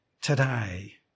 today